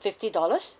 fifty dollars